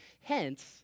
Hence